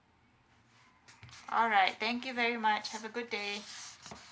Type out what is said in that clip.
alright thank you very much have a good day